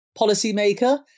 policymaker